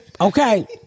Okay